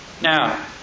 Now